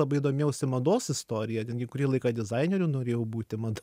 labai domėjausi mados istorija netgi kurį laiką dizaineriu norėjau būti mados